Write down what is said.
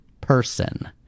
person